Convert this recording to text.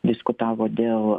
diskutavo dėl